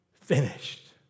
finished